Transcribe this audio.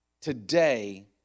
Today